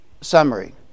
Summary